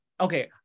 okay